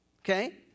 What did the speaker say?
Okay